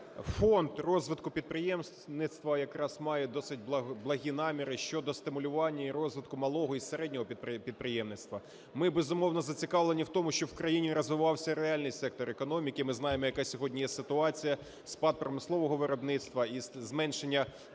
Фонд розвитку підприємництва якраз має досить благі наміри щодо стимулювання і розвитку малого і середнього підприємництва. Ми, безумовно, зацікавлені в тому, щоб в країні розвивався реальний сектор економіки. Ми знаємо, яка сьогодні є ситуація: спад промислового виробництва і зменшення споживання